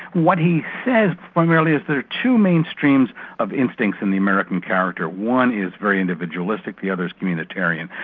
what he says primarily is there are two mainstreams of instincts in the american character. one is very individualistic, the other's communitarian.